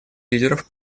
лидеров